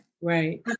right